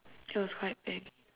it was quite big